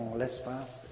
l'espace